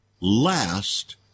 last